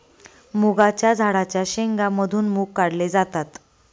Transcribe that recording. मुगाच्या झाडाच्या शेंगा मधून मुग काढले जातात